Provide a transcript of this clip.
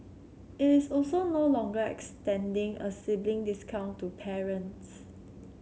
it is also no longer extending a sibling discount to parents